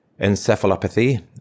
encephalopathy